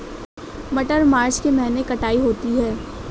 मटर मार्च के महीने कटाई होती है?